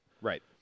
Right